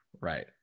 Right